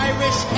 Irish